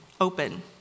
open